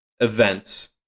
events